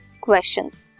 questions